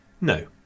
No